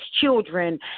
children